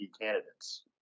candidates